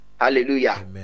Hallelujah